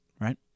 Right